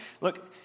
Look